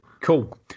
Cool